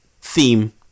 theme